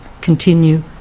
continue